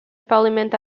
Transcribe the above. parliament